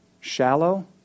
shallow